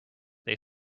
they